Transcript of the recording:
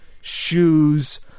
shoes